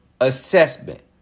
assessment